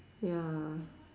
ya